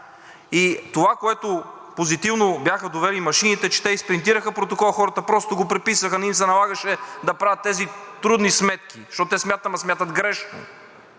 И това, което позитивно бяха довели машините, че те изпринтираха протокола, хората просто го преписаха, не им се налагаше да правят тези трудни сметки. Защото те смятат,